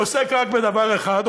שעוסק רק בדבר אחד,